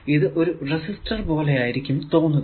ഇത് ഒരു റെസിസ്റ്റർ പോലെ ആയിരിക്കും തോന്നുക